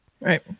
Right